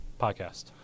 podcast